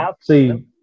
see